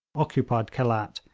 occupied khelat,